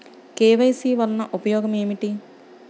KYC వలన ఉపయోగం ఏమిటీ?